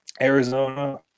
Arizona